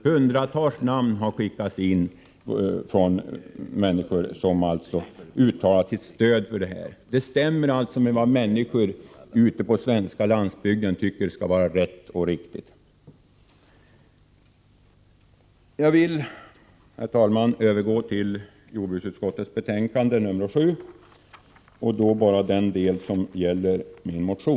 Hundratals namn har skickats in från människor som uttalat sitt stöd för vad som står i motionen. Den stämmer alltså med vad människor ute på den svenska landsbygden anser vara rätt och riktigt. Jag vill nu, herr talman, övergå till jordbruksutskottets betänkande nr 7 och därvid bara beröra den del som gäller vår motion.